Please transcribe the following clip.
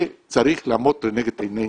זה צריך לעמוד לנגד עינינו.